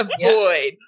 avoid